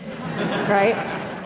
right